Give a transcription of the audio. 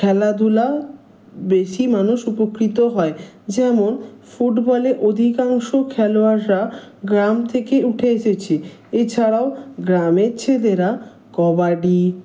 খেলাধুলা বেশি মানুষ উপকৃত হয় যেমন ফুটবলে অধিকাংশ খেলোয়াড়রা গ্রাম থেকে উঠে এসেছে এছাড়াও গ্রামের ছেদেরা কবাডি